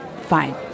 Fine